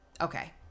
Okay